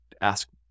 ask